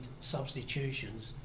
substitutions